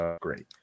great